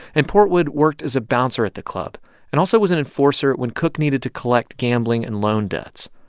and portwood worked as a bouncer at the club and also was an enforcer when cook needed to collect gambling and loan debts.